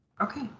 Okay